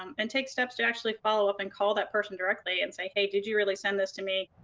um and take steps to actually follow up and call that person directly and say, hey, did you really send this to me?